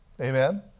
Amen